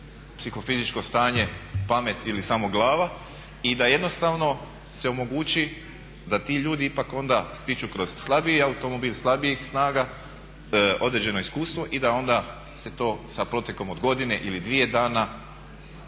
psihofizičko stanje, pamet ili samo glava. I da jednostavno se omogući da ti ljudi ipak onda stiču kroz slabiji automobil, slabijih snaga određeno iskustvo i da onda se to sa protekom od godine ili dvije dana